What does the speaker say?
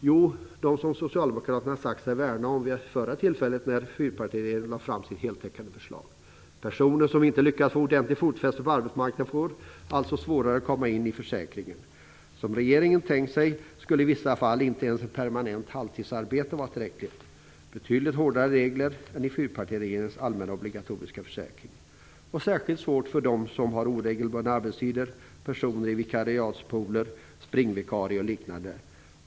Jo, de som Socialdemokraterna sade sig värna vid det tillfälle då fyrpartiregeringen lade fram sitt heltäckande förslag. Personer som inte lyckats få ordentligt fotfäste på arbetsmarknaden får alltså svårare att komma in i försäkringen. Som regeringen tänkt sig det skulle i vissa fall inte ens ett permanent halvtidsarbete vara tillräckligt. Det är betydligt hårdare regler än i fyrpartiregeringens allmänna obligatoriska försäkring. Det blir särskilt svårt för dem som har oregelbundna arbetstider: personer i vikariatspooler, springvikarier och liknande.